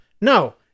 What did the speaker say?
No